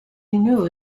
knew